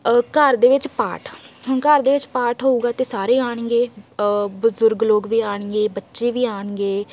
ਘਰ ਦੇ ਵਿੱਚ ਪਾਠ ਆ ਹੁਣ ਘਰ ਦੇ ਵਿੱਚ ਪਾਠ ਹੋਊਗਾ ਤਾਂ ਸਾਰੇ ਆਉਣਗੇ ਬਜ਼ੁਰਗ ਲੋਕ ਵੀ ਆਉਣਗੇ ਬੱਚੇ ਵੀ ਆਉਣਗੇ